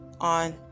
on